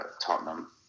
Tottenham